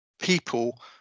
people